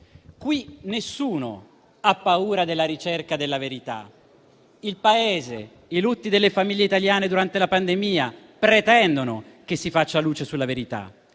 Qui nessuno ha paura della ricerca della verità. Il Paese, le famiglie italiane colpite da lutti durante la pandemia pretendono che si faccia luce sulla verità.